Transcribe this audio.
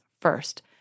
first